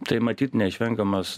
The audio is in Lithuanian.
tai matyt neišvengiamas